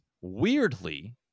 weirdly